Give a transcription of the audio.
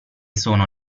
sono